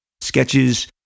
Sketches